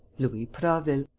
louis prasville.